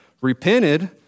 repented